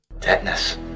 Tetanus